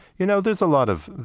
you know, there's a lot of